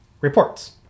reports